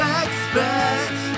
expect